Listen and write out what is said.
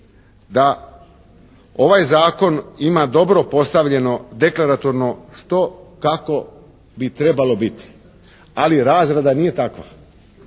da ovaj zakon ima dobro postavljeno deklaratorno što, kako bi trebalo biti, ali razrada nije takva.